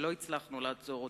שלא הצלחנו לעצור אותה,